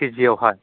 केजिआवहाय